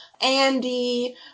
Andy